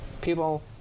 people